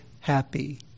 happy